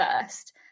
first